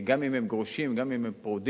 גם אם הם גרושים, גם אם הם פרודים,